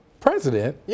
president